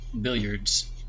billiards